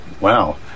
Wow